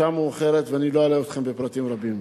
השעה מאוחרת ואני לא אלאה אתכם בפרטים רבים.